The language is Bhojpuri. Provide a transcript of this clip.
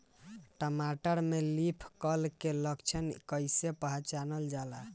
टमाटर में लीफ कल के लक्षण कइसे पहचानल जाला?